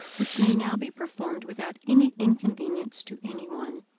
which may now be performed without any inconvenience to any one.